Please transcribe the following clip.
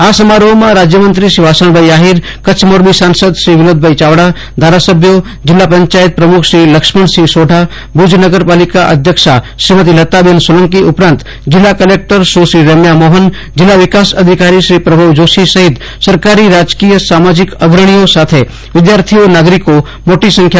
આ સમારોફમાં રાજયમંત્રી શ્રી વાસણભાઈ આફિર કચ્છ મોરબી સાંસદ શ્રી વિનોદ ચાવડા ધારા સભ્યો જિલ્લા પંચાયત પ્રમુખશ્રી લક્ષ્મણસિંહ સોઢા ભુજ નગર પાલિકા અધ્યક્ષ શ્રીમતી લતાબેન સોલંકી ઉપરાંત જિલ્લા કલેક્ટર સુશ્રી રેમ્યા મોફન જિલ્લા વિકાસ અધિકારી શ્રી પ્રભવ જોશી સહિત સરકારીરાજકીય સામાજીક અગ્રણીઓ સાથે વિધાર્થીઓ નાગરિકો મોટી સંખ્યામાં ઉપસ્થિત રફી યોગ અભ્યાસ કરશે